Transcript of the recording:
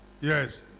Yes